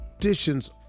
conditions